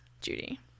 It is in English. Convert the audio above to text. Judy